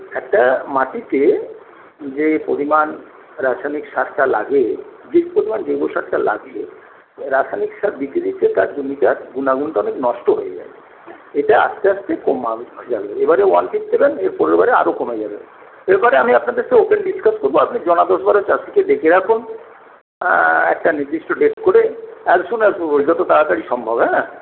একটা মাটিতে যে পরিমাণ রাসায়নিক সারটা লাগে যে পরিমাণ জৈব সারটা লাগে রাসায়নিক সার দিতে দিতে তার জমিটার গুনাগুনটা অনেক নষ্ট হয়ে যায় এতে আস্তে আস্তে যাবে এবারে ওয়ান ফিফথ দেবেন এরপরের বারে আরও কমে যাবে এরপরে আমি আপনাদেরকে ওপেন ডিসকাস করব আপনি জনা দশ বারো চাষিকে ডেকে রাখুন একটা নির্দিষ্ট ডেট করে অ্যাস সুন আসব যত তাড়াতাড়ি সম্ভব হ্যাঁ